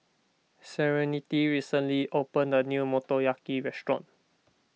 Serenity recently opened a new Motoyaki restaurant